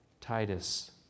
Titus